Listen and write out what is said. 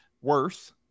worse